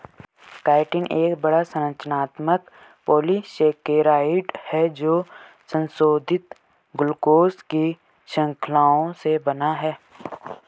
chitin एक बड़ा, संरचनात्मक पॉलीसेकेराइड है जो संशोधित ग्लूकोज की श्रृंखलाओं से बना है